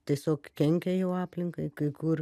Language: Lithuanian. tiesiog kenkia jau aplinkai kai kur